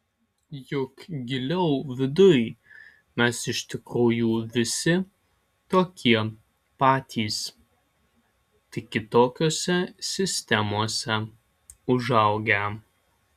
juk giliau viduj mes iš tikrųjų visi tokie patys tik kitokiose sistemose užaugę